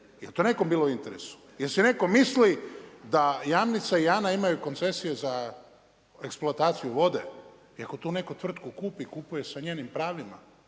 Jel to nekome bilo u interesu? Jel si netko misli da Jamnica i Jana imaju koncesije za eksplantaciju vode? I ako tu netko tu tvrtku kupi, kupuje sa njenim pravima.